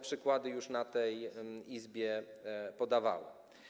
Przykłady już w tej Izbie podawałem.